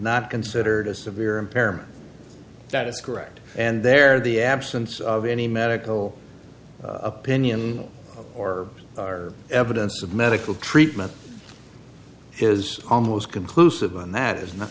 not considered a severe impairment that is correct and there the absence of any medical opinion or evidence of medical treatment is almost conclusive and that is not